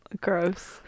Gross